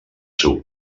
seu